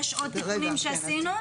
יש עוד תיקונים שעשינו?